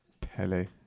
Pele